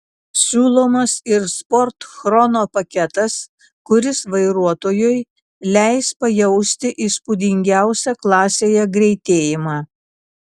siūlomas ir sport chrono paketas kuris vairuotojui leis pajausti įspūdingiausią klasėje greitėjimą